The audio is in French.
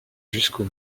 jusqu’au